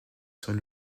sont